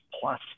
plus